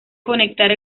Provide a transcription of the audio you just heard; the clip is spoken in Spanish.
conectar